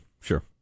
sure